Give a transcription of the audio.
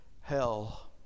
hell